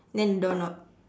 and then doorknob